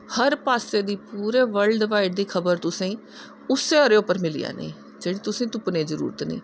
हर पास्से दी पूरे बल्ड बाईड़ दी तुसेंगी उस्सै पर मिली जानीं जेह्ड़ी तुसैं तुप्पनें दी जरूरी नी